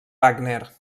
wagner